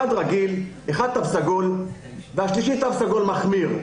אחד רגיל, אחד תו סגול, והשלישי תו סגול מחמיר.